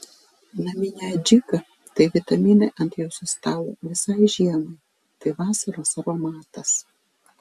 naminė adžika tai vitaminai ant jūsų stalo visai žiemai tai vasaros aromatas